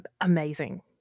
amazing